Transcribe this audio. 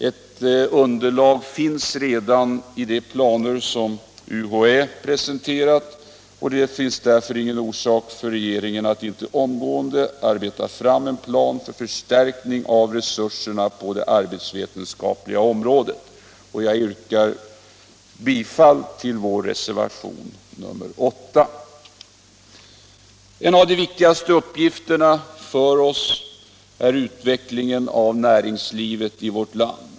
Ett underlag finns redan i de planer som UHÄ presenterat, och det finns därför ingen orsak för regeringen att inte omgående arbeta fram en plan för förstärkning av resurserna på det arbetsvetenskapliga området. En av de viktigaste uppgifterna för oss är en utveckling av näringslivet i vårt land.